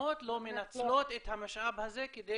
מסוימות לא מנצלות את המשאב הזה כדי